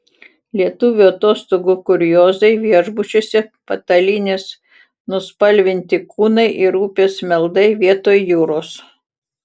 lietuvių atostogų kuriozai viešbučiuose patalynės nuspalvinti kūnai ir upės meldai vietoj jūros